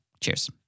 Cheers